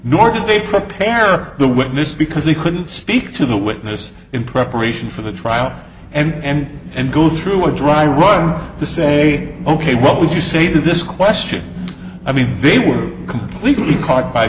nor did they prepare the witness because they couldn't speak to the witness in preparation for the trial and and go through a dry run to say ok what would you say to this question i mean they were completely caught by